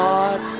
God